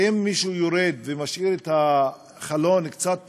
זה שאם מישהו יורד ומשאיר את החלון קצת פתוח,